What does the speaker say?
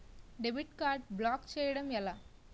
Debit card block చేయటం ఎలా?